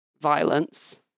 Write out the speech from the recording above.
violence